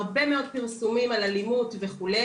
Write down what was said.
הרבה מאוד פרסומים על אלימות וכו',